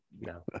No